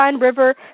River